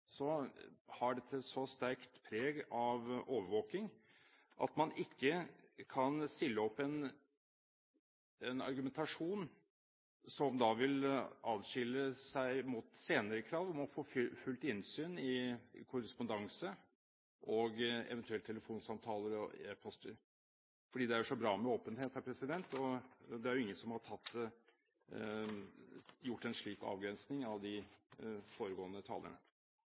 har dette et så sterkt preg av overvåking at man ikke kan stille opp med en argumentasjon som vil atskille seg fra senere krav om å få fullt innsyn i korrespondanse og eventuelt telefonsamtaler og e-poster – fordi det er så bra med åpenhet. Og det er ingen av de foregående talerne som har gjort en slik avgrensning.